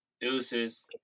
Deuces